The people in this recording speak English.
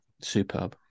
superb